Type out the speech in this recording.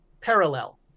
Parallel